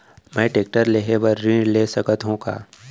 मैं टेकटर लेहे बर ऋण ले सकत हो का?